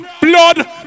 blood